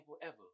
forever